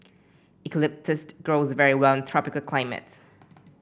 eucalyptus grows very well in tropical climates